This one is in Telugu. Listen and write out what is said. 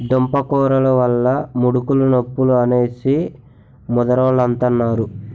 దుంపకూరలు వల్ల ముడుకులు నొప్పులు అనేసి ముదరోలంతన్నారు